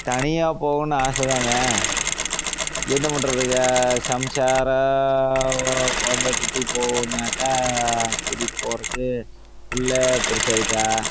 தனியா போகணும்னு ஆசை தாங்க என்ன பண்ணுறதுங்க சம்சாரம் குழந்தை குட்டி போகணும்னாக்கா கூட்டிகிட்டு போகிறதுக்கு பிள்ளை பெரிசாயிட்டா